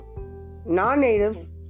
non-natives